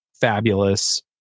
fabulous